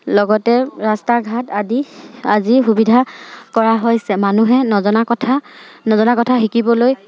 লগতে ৰাস্তা ঘাট আদি আজি সুবিধা কৰা হৈছে মানুহে নজনা কথা নজনা কথা শিকিবলৈ